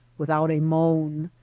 without a moan.